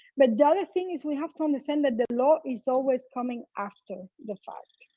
but the other thing is we have to understand that the law is always coming after the fact.